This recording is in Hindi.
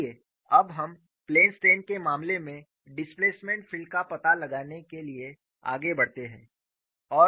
आइए अब हम प्लेन स्ट्रेन के मामले में डिस्प्लेसमेंट फील्ड का पता लगाने के लिए आगे बढ़ते हैं